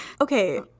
Okay